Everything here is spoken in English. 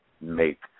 make